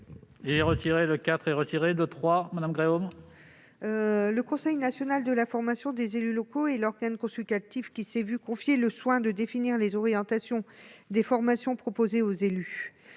est à Mme Michelle Gréaume. Le Conseil national de la formation des élus locaux, le CNFEL, est l'organe consultatif qui s'est vu confier le soin de définir les orientations des formations proposées aux élus.